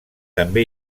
també